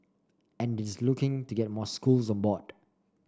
and it is looking to get more schools on board